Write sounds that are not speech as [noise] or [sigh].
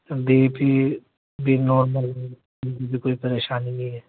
be P بھی normal ہے [unintelligible] کوئی پریشانی نہیں